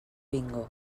bingo